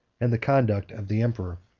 and the conduct of the emperor.